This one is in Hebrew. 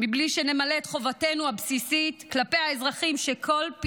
מבלי שנמלא את חובתנו הבסיסית כלפי האזרחים